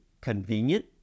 convenient